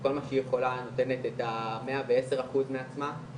בכל מה שהיא יכולה נותנת את המאה ועשר אחוז מעצמה,